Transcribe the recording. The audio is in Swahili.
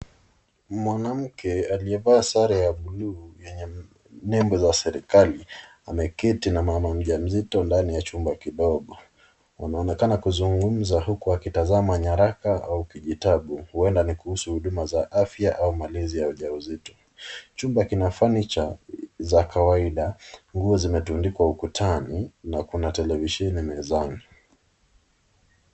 Mwanamke aliyevaa sare ya blue yenye nembo za serikali ameketi na mama mjamzito ndani ya chumba kidogo. Wanaonekana kuzungumza huku akitazama nyaraka au kijitabu, huenda ni kuhusu huduma za afya au malezi ya ujauzito. Chumba kina fanicha za kawaida, nguo zimetundikwa ukutani na kuna televisheni mezani.